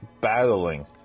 battling